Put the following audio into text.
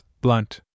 Blunt